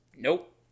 Nope